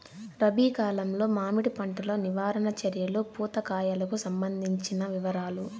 రబి కాలంలో మామిడి పంట లో నివారణ చర్యలు పూత కాయలకు సంబంధించిన వివరాలు?